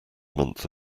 month